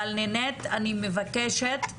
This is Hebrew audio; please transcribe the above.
נינט, אני מבקשת,